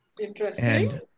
Interesting